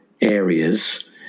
areas